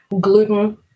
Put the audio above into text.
gluten